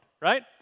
Right